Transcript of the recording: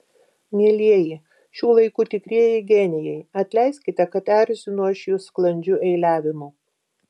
mielieji šių laikų tikrieji genijai atleiskite kad erzinu aš jus sklandžiu eiliavimu